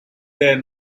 their